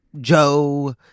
joe